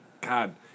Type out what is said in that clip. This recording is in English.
God